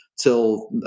till